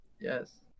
Yes